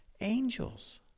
Angels